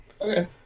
Okay